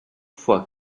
fois